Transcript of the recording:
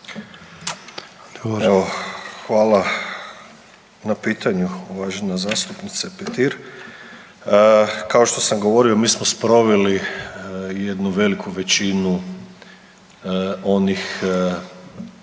hvala na pitanju uvažena zastupnice Petir. Kao što sam govorio, mi smo sproveli jednu veliku većinu onih